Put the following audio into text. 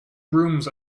rooms